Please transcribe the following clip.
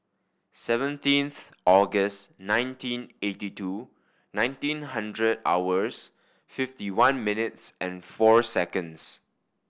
seventeenth August nineteen eighty two ninety hundred hours fifty one minutes and four seconds